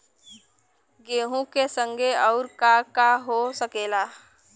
गेहूँ के संगे आऊर का का हो सकेला?